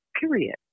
period